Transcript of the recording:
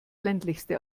ländlichste